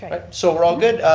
so we're all good.